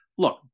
Look